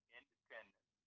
independence